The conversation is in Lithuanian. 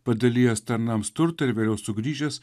padalijęs tarnams turtą ir vėliau sugrįžęs